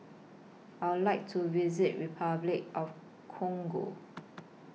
I Would like to visit Repuclic of Congo